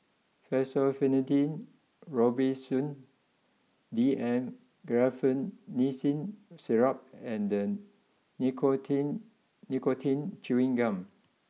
Fexofenadine Robitussin D M Guaiphenesin Syrup and then Nicotine Nicotine Chewing Gum